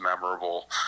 memorable